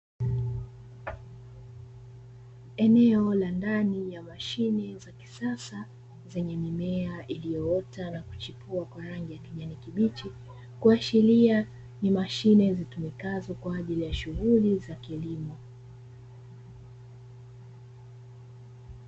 Eneo la ndani ya mashine za kisasa , lenye mimea ilioota na kuchipua kwa rangi ya kijani kibichi, kuashiria ni mashine zitumikazo kwa ajili ya shughuli za kilimo.